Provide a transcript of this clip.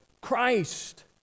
Christ